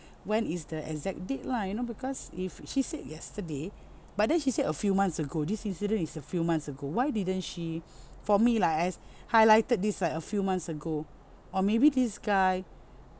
when is the exact date lah you know because if she said yesterday but then she said a few months ago this incident is a few months ago why didn't she for me lah as highlighted this like a few months ago or maybe this guy